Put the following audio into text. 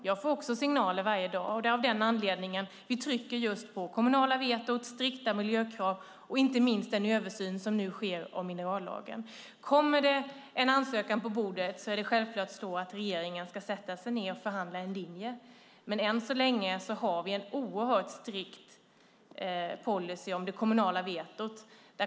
Jag får också signaler varje dag, och det är av den anledningen som vi trycker just på det kommunala vetot, strikta miljökrav och inte minst den översyn som nu sker av minerallagen. Kommer det en ansökan på bordet ska regeringen självklart sätta sig ned och förhandla fram en linje. Men än så länge har vi en oerhört strikt policy om det kommunala vetot.